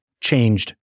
changed